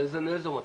לאיזו מטרה?